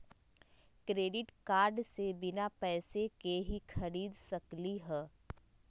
Credit card से बिना पैसे के ही खरीद सकली ह?